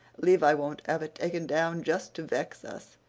levi won't have it taken down just to vex us.